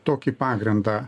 tokį pagrindą